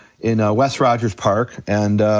in west rogers park, and.